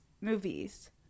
movies